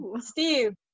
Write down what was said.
Steve